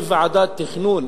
לרשות המקומית אם היא ועדת תכנון.